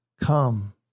come